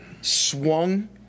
swung